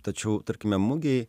tačiau tarkime mugėj